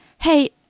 hey